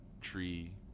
Tree